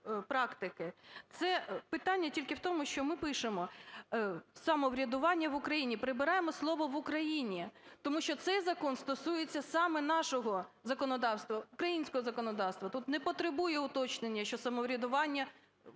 Це питання тільки в тому, що ми пишемо "самоврядування в Україні", прибираємо слово "в Україні", тому що цей закон стосується саме нашого законодавства, українського законодавства. Тут не потребує уточнення, що самоврядування